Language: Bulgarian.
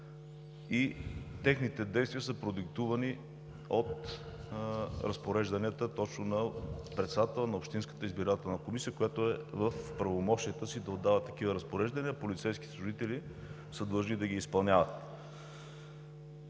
Техните действия са продиктувани от разпорежданията точно на председателя на Общинската избирателна комисия, който е в правомощията си да дава такива разпореждания, и полицейските служители са длъжни да ги изпълняват.